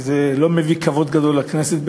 כי זה לא מביא כבוד גדול לכנסת,